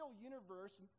universe